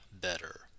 better